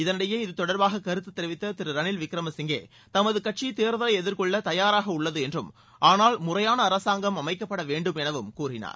இதனிடையே இது தொடர்பாக கருத்து தெரிவித்த திரு ரணில் விக்ரமசிங்கே தமது கட்சி தேர்தலை எதிர்கொள்ள தயாராக உள்ளது என்றும் ஆனால் முறையான அரசாங்கம் அமைக்கப்பட வேண்டும் எனவும் கூறினார்